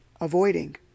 avoiding